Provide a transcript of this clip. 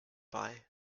buy